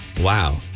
Wow